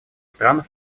странам